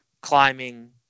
climbing